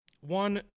one